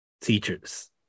teachers